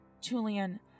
Julian